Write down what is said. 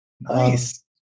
Nice